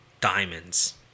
Diamonds